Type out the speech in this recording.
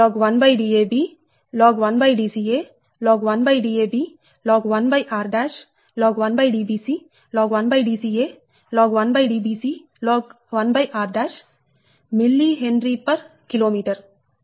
4605 log 1r log 1Dab log 1Dca log 1Dab log 1r log 1Dbc log 1Dca log 1Dbc log r mHkm